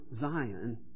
Zion